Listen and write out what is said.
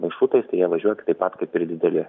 maršrutais tai jie važiuot taip pat kaip ir dideli